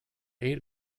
eight